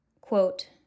Quote